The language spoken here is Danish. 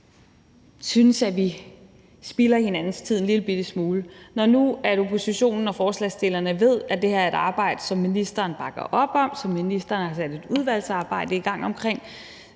synes, at vi spilder hinandens tid en lillebitte smule. Når nu oppositionen og forslagsstillerne ved, at det her er et arbejde, som ministeren bakker op om, og som ministeren har sat et udvalgsarbejde i gang om,